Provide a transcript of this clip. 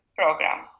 program